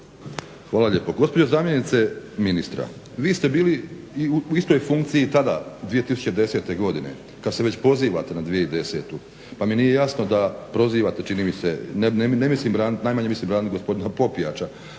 Hvala lijepo. Gospođo zamjenice ministra, vi ste bili i u istoj funkciji i tada 2010. godine, kad se već pozivate na 2010. Pa mi nije jasno da prozivate, čini mi se, ne mislim branit, najmanje mislim braniti gospodina Popijača,